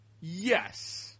Yes